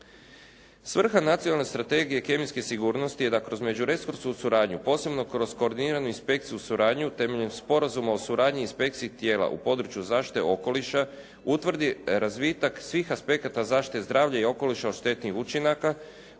Svrha Nacionalne strategije kemijske sigurnosti je da kroz međuresorsku suradnju a posebno kroz koordiniranu inspekcijsku suradnju temeljem Sporazuma o suradnji i inspekciji tijela u području zaštite okoliša utvrdi razvitak svih aspekata zaštite zdravlja i okoliša od štetnih učinaka